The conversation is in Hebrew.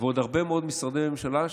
ועוד הרבה מאוד משרדי ממשלה.